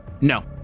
No